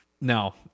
No